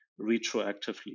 retroactively